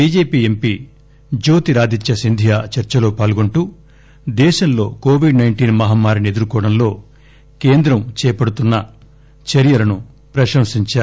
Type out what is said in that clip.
BJP MP Jyotiraditya Scindia చర్చలో పాల్గొంటూ దేశంలో కోవిడ్ మహమ్మారిని ఎదుర్కోవడంలో కేంద్రం చేపడుతున్న చర్యలను ప్రశంసించారు